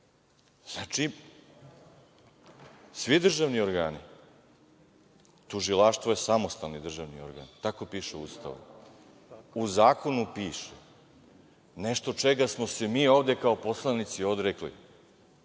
svetu. Znači, svi državni organi, Tužilaštvo je samostalni državni organ, tako piše u Ustavu, u zakonu piše, nešto čega smo se mi ovde kao poslanici odrekli,